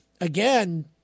again